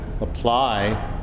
apply